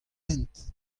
hent